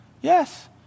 Yes